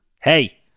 Hey